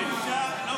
אבוטבול, אתה מצביע נגד?